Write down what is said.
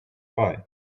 bei